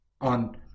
on